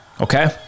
okay